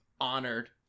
honored